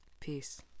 Peace